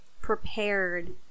prepared